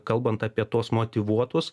kalbant apie tuos motyvuotus